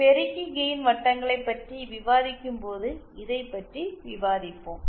பெருக்கி கெயின் வட்டங்களைப் பற்றி விவாதிக்கும்போது இதைப் பற்றி விவாதிப்போம்